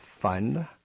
fund